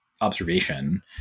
observation